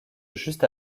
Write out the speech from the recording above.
juste